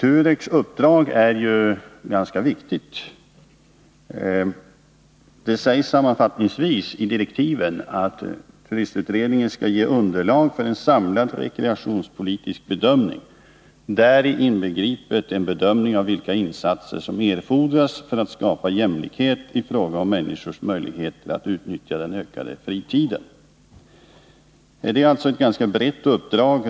TUREK:s uppdrag är ju ganska viktigt. I direktiven sägs det: ”Sammanfattningsvis bör utredningen ge underlag för en samlad rekreationspolitisk bedömning, däri inbegripet en bedömning av vilka insatser som erfordras för att skapa jämlikhet i fråga om människors möjligheter att utnyttja den ökade fritiden.” Det är alltså ett ganska brett uppdrag.